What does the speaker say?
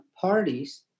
parties